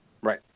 Right